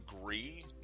agree